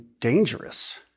dangerous